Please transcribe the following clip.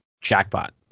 jackpot